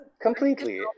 Completely